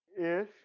ish